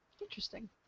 interesting